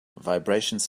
vibrations